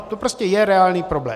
To prostě je reálný problém.